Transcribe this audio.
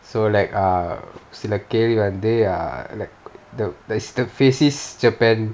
so like err சில கேள்வி வந்து:sila kaelvi vanthu err like the the faces japan